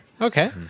Okay